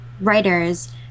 writers